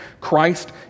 Christ